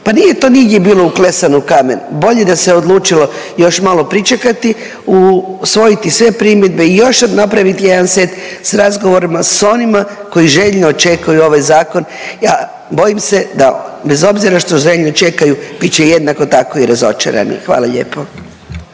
pa nije to nigdje bilo uklesano u kamen. Bolje da se odlučilo još malo pričekati, usvojiti sve primjedbe i još napraviti jedan set s razgovorima s onima koji željno očekuju ovaj zakon, a bojim se da bez obzira što željni čekaju bit će jednako tako i razočarani. Hvala lijepo.